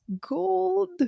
gold